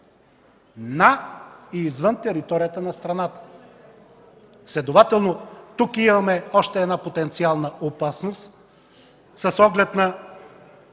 „На и извън територията на страната”, следователно тук имаме още една потенциална опасност с оглед на